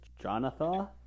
jonathan